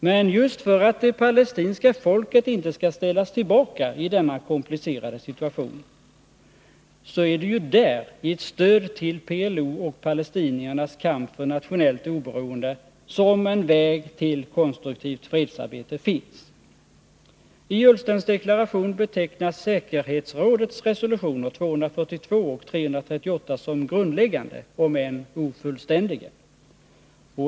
Men just för att det palestinska folket inte skall ställas tillbaka i denna komplicerade situation, så är det ju i ett stöd till PLO och palestiniernas kamp för nationellt oberoende som en väg till konstruktivt fredsarbete finns. I Ola Ullstens deklaration betecknas säkerhetsrådets resolutioner 242 och 338 som grundläggande, om än ofullständiga.